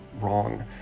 wrong